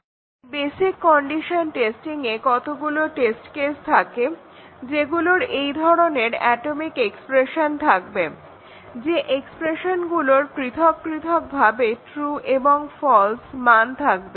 এই basic condition টেস্টিংয়ে কতগুলো টেস্ট কেস থাকে যেগুলোর এই ধরনের অ্যাটমিক এক্সপ্রেশন থাকবে যে এক্সপ্রেশনগুলোর পৃথক পৃথকভাবে ট্রু এবং ফলস্ মান থাকবে